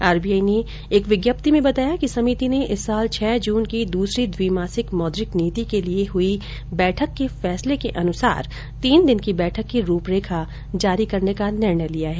are B I ने एक विज्ञप्ति में बताया कि समिति ने इस साल छह जून की दूसरी द्विमासिक मौद्रिक नीति के लिए हुई बैठक के फैसले के अनुसार तीन दिन की बैठक की रूपरेखा जारी करने का निर्णय लिया है